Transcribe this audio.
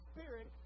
Spirit